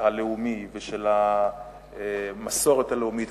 הלאומי ושל המסורת הלאומית,